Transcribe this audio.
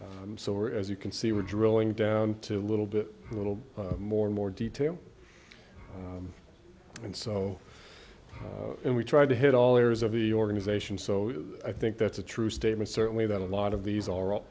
so as you can see we're drilling down to a little bit little more and more detail and so we tried to hit all areas of the organization so i think that's a true statement certainly that a lot of these a